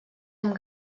amb